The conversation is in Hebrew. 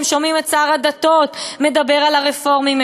הם שומעים את שר הדתות מדבר על הרפורמים,